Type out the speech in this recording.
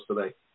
today